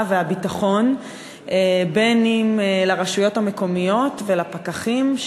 והביטחון אם לרשויות המקומיות ולפקחים,